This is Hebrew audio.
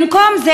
במקום זה,